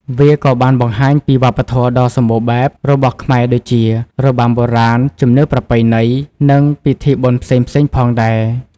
វាក៏បានបង្ហាញពី វប្បធម៌ដ៏សម្បូរបែប របស់ខ្មែរដូចជា របាំបុរាណ ជំនឿប្រពៃណី និងពិធីបុណ្យផ្សេងៗផងដែរ។